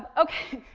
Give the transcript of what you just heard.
okay.